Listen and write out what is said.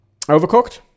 Overcooked